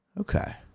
okay